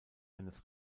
eines